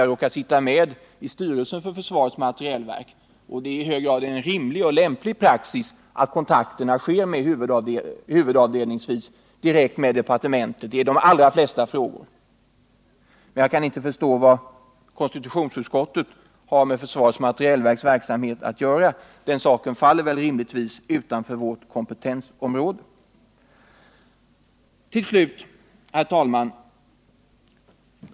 Jag råkar sitta med i styrelsen för försvarets materielverk och det är i hög grad en rimlig och lämplig praxis att kontakterna sker huvudavdelningsvis direkt med departementet i de allra flesta frågor. Men jag kan inte förstå vad konstitutionsutskottet har med försvarets materielverks verksamhet att göra. Den saken faller rimligtvis utanför vårt kompetensområde. Till slut, herr talman.